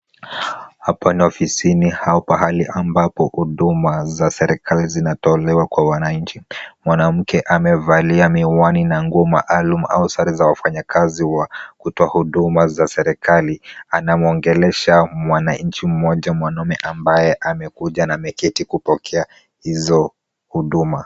Hapa ni ofisini au pahali ambapo huduma za serikali zinatolewa kwa wananchi. Mwanamke amevalia miwani na nguo maalum au sare za wafanyakazi wa kutoa huduma za serikali anamuongelesha mwananchi mmoja mwanaume ambaye amekuja na ameketi kupokea hizo huduma.